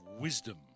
wisdom